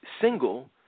single